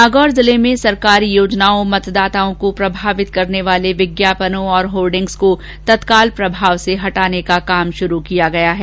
नागौर जिले में सरकारी योजनाओं मतदाताओं को प्रभावित करने वाले विज्ञापनों और होर्डिंग्स को तत्काल प्रभाव से हटाने का काम शुरू किया गया है